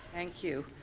thank you.